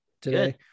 today